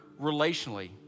relationally